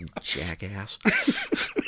Jackass